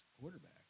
quarterback